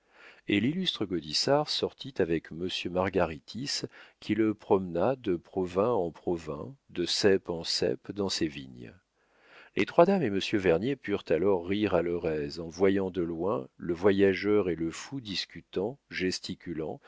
et l'illustre gaudissart sortit avec monsieur margaritis qui le promena de provin en provin de cep en cep dans ses vignes les trois dames et monsieur vernier purent alors rire à leur aise en voyant de loin le voyageur et le fou discutant gesticulant